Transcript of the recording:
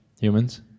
Humans